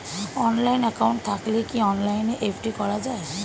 Online account থাকলে কি অনলাইনে এফ.ডি করা যায়?